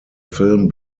film